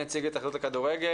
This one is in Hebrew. נציג ההתאחדות הכדורגל,